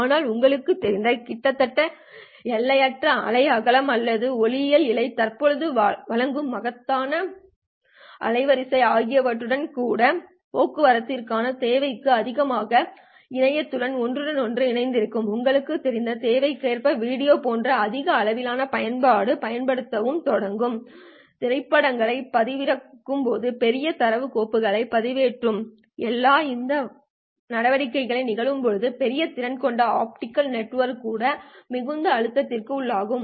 ஆனால் உங்களுக்குத் தெரிந்த கிட்டத்தட்ட எல்லையற்ற அலை அகலம் அல்லது ஒளியியல் இழை தற்போது வழங்கும் மகத்தான அலைவரிசை ஆகியவற்றுடன் கூட போக்குவரத்திற்கான தேவைக்கு அதிகமாக இணையத்துடன் ஒன்றோடொன்று இணைந்திருப்பதால் உங்களுக்குத் தெரிந்த தேவைக்கேற்ப வீடியோ போன்ற அதிக தேவைப்படும் பயன்பாடுகளைப் பயன்படுத்தத் தொடங்கவும் அல்லது திரைப்படங்களைப் பதிவிறக்குதல் பெரிய தரவுக் கோப்புகளைப் பதிவேற்றுதல் எனவே இந்த நடவடிக்கைகள் நிகழும்போது பெரிய திறன் கொண்ட ஆப்டிகல் நெட்வொர்க் கூட மிகுந்த அழுத்தத்திற்கு உள்ளாகும்